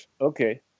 Okay